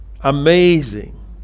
Amazing